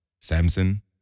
Samson